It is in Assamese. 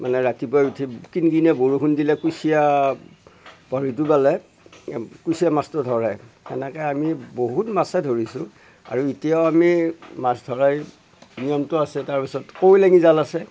মানে ৰাতিপুৱাই উঠি কিনকিনীয়া বৰষুণ দিলে কুচিয়া বৰশীটো বালে কুচিয়া মাছটো ধৰে সেনেকৈ আমি বহুত মাছেই ধৰিছোঁ আৰু এতিয়াও আমি মাছ ধৰা এই নিয়মটো আছে তাৰ পিছত কাৱৈ লাঙি জাল আছে